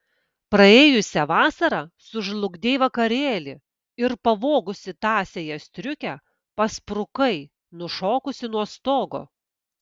praėjusią vasarą sužlugdei vakarėlį ir pavogusi tąsiąją striukę pasprukai nušokusi nuo stogo